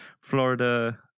Florida